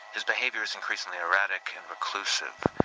his behavior is increasingly erratic and reclusive.